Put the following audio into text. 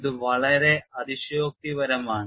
ഇത് വളരെ അതിശയോക്തിപരമാണ്